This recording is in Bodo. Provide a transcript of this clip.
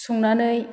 संनानै